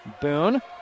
Boone